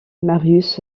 marius